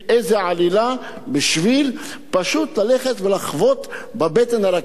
איזה עלילה בשביל פשוט ללכת ולחבוט בבטן הרכה.